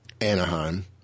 Anaheim